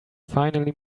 finally